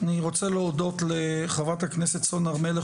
אני רוצה להודות לחברת הכנסת סון הר מלך